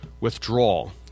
withdrawal